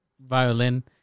violin